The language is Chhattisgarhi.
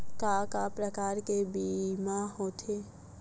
का का प्रकार के बीमा होथे?